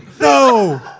No